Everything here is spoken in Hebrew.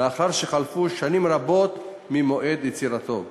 לאחר שחלפו שנים רבות ממועד יצירתו.